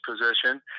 position